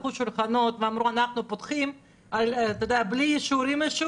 הפכו שולחנות ואמרו שהם פתוחים בלי אישורים וזה